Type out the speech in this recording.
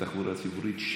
ובתחבורה ציבורית,